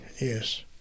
Yes